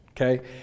Okay